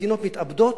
מדינות מתאבדות,